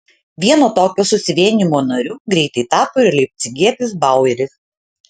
vieno tokio susivienijimo nariu greitai tapo ir leipcigietis baueris